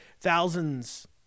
thousands